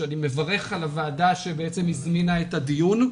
שאני מברך על הוועדה שהזמינה את הדיון: